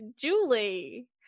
Julie